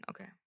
Okay